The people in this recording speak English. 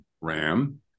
Ram